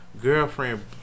girlfriend